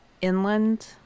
inland